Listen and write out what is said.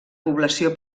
població